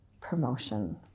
promotion